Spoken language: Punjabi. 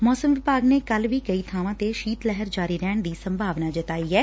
ਮੌਸਮ ਵਿਭਾਗ ਨੇ ਕੱਲ੍ ਵੀ ਕਈ ਬਾਵਾਂ ਤੇ ਸ਼ੀਤ ਲਹਿਰ ਜਾਰੀ ਰਹਿਣ ਦੀ ਸੰਭਾਵਨਾ ਜਤਾਈ ਐ